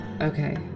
Okay